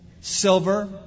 silver